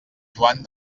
joan